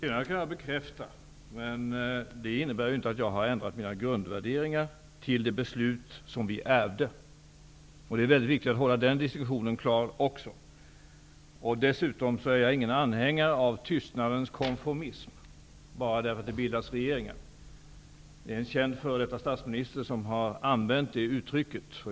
Fru talman! Det senare kan jag bekräfta, men det innebär inte att jag har ändrat mina grundvärderingar när det gäller det beslut som vi ärvde. Det är mycket viktigt att den distinktionen också är klar. Dessutom är jag ingen anhängare av tystnadens konformism bara för att det bildas regeringar. Det är en känd före detta statsminister som har använt det uttrycket.